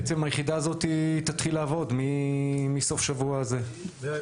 בעצם היחידה הזאת תתחיל לעבוד מסוף שבוע הזה.